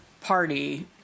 party